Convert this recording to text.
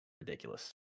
Ridiculous